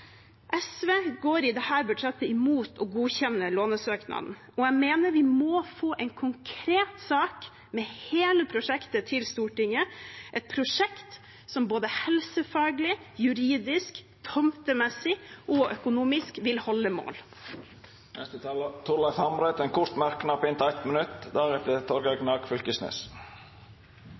SV går i dette budsjettet imot å godkjenne lånesøknaden. Jeg mener vi må få en konkret sak med hele prosjektet til Stortinget, et prosjekt som både helsefaglig, juridisk, tomtemessig og økonomisk vil holde mål. Representanten Torleif Hamre har hatt ordet to gonger tidlegare og får ordet til ein kort merknad, avgrensa til 1 minutt.